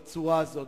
בצורה הזאת,